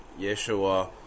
Yeshua